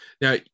now